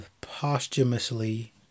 posthumously